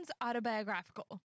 autobiographical